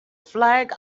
flag